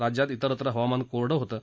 राज्यात विस्त्र हवामान कोरडं होतं